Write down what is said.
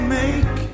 make